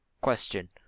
Question